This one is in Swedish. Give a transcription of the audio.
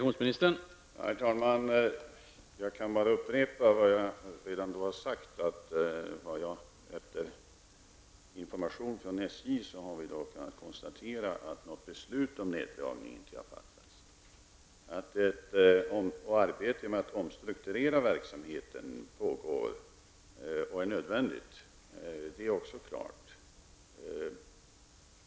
Herr talman! Jag kan bara upprepa vad jag redan har sagt, dvs. att jag efter att ha inhämtat information från SJ har kunnat konstatera att något beslut om en neddragning inte har fattats. Att ett arbete med att omstrukturera verksamheten pågår och att det är nödvändigt, det är också klart.